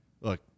look